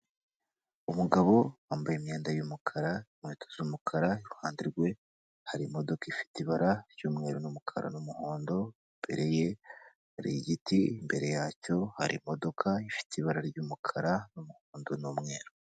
Umugabo wambaye imyenda y'umukara, inkweto z'umukara iruhande rwe hari imodoka ifite ibara ry'umweru n'umukara n'umuhondo, imbere ye hari igiti imbere yacyo hari imodoka ifite ibara ry'umukara n'umuhondo n'umweru.